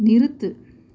நிறுத்து